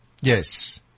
Yes